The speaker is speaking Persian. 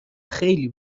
خیلی